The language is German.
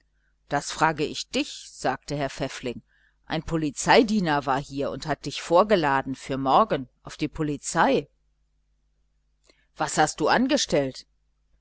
das frage ich dich sagte herr pfäffling ein polizeidiener war da und hat dich vorgeladen für morgen auf die polizei was hast du angestellt